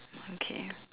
okay